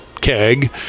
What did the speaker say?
keg